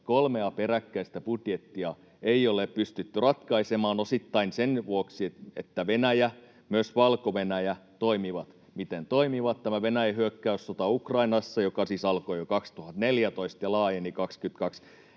kolmea peräkkäistä budjettia ei ole pystytty ratkaisemaan osittain sen vuoksi, että Venäjä ja myös Valko-Venäjä toimivat miten toimivat; Venäjän hyökkäyssota Ukrainassa, joka siis alkoi jo 2014 ja laajeni 2022